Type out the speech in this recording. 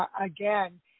again